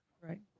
Right